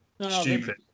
stupid